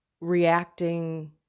reacting